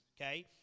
okay